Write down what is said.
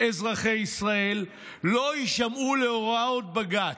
אזרחי ישראל לא יישמעו להוראות בג"ץ.